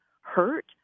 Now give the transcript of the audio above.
hurt